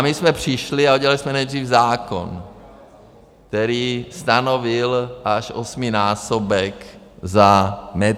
My jsme přišli a udělali jsme nejdřív zákon, který stanovil až osminásobek za metr.